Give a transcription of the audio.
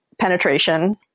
penetration